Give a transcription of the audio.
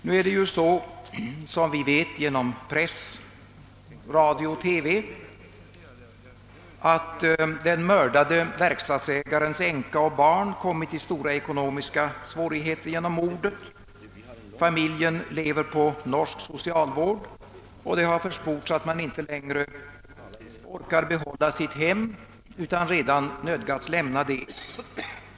Nu är det så — som vi vet genom press, radio och TV — att den mördade verkstadsägarens änka och barn kommit i stora ekonomiska svårigheter efter mordet. Familjen lever på norsk socialhjälp, och det har försports att man inte längre orkar behålla sitt hem utan nödgas lämna det.